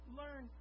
learn